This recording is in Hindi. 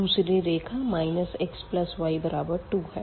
दूसरी रेखा xy2 है